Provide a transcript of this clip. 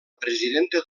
presidenta